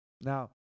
Now